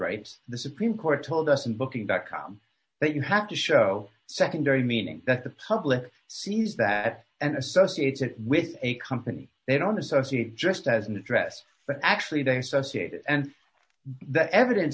rights the supreme court told us in booking dot com that you have to show secondary meaning that the public sees that and associates it with a company they don't associate just as an address but actually they associated and that evidence